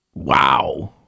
wow